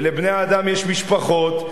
ולבני-האדם יש משפחות.